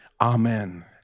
amen